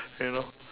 you know